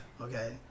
Okay